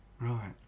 Right